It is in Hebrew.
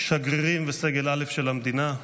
שגרירים וסגל א' של המדינה,